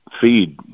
feed